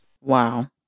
Wow